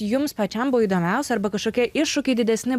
jums pačiam buvo įdomiausia arba kažkokie iššūkiai didesni